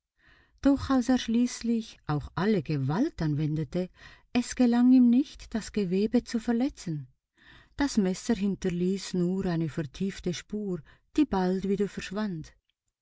doch als er schließlich auch alle gewalt anwendete es gelang ihm nicht das gewebe zu verletzen das messer hinterließ nur eine vertiefte spur die bald wieder verschwand